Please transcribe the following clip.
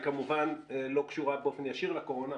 היא כמובן לא קשורה באופן עקיף לקורונה,